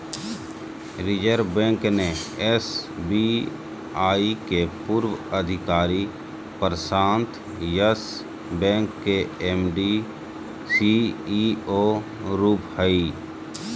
reserve bank ने SBI के पूर्व अधिकारी प्रशांत यस बैंक के एम.डी, सी.ई.ओ रूप हइ